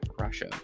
Russia